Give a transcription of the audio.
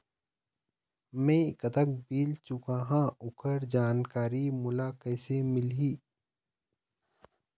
मैं कतक बिल चुकाहां ओकर जानकारी मोला कइसे मिलही?